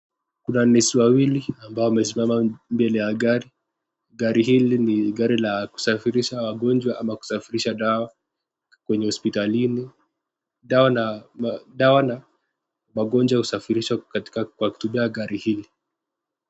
Kuna nesi wawili ambao wamesimama mbele ya gari. Gari hili ni gari la kusafirisha wagonjwa ama kusafirisha dawa kwenye hopsitalini. Dawa na wagonjwa husafirishwa kwa kutumia gari hili.